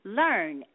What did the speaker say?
learn